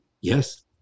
Yes